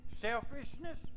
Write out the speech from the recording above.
selfishness